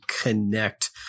connect